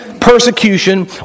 persecution